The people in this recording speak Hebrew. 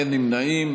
אין נמנעים.